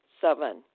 Seven